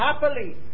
happily